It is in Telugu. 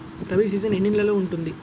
రబీ సీజన్ ఎన్ని నెలలు ఉంటుంది?